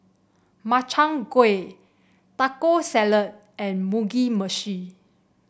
Makchang Gui Taco Salad and Mugi Meshi